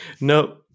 No